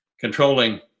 controlling